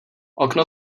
okno